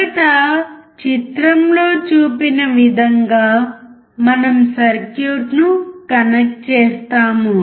మొదట చిత్రంలో చూపిన విధంగా మనం సర్క్యూట్ను కనెక్ట్ చేస్తాము